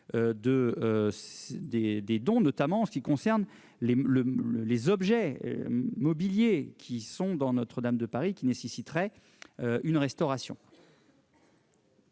des dons, notamment pour les objets mobiliers qui sont dans Notre-Dame de Paris et qui nécessitent une restauration.